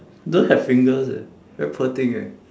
don't have fingers eh very poor thing eh